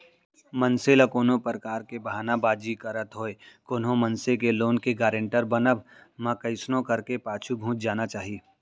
मनसे ल कोनो परकार के बहाना बाजी करत होय कोनो मनसे के लोन के गारेंटर बनब म कइसनो करके पाछू घुंच जाना चाही